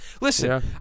listen